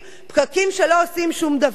פקקים שלא עושים שום דבר.